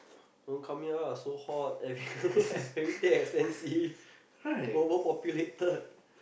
don't come here ah so hot everything expensive overpopulated